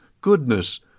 goodness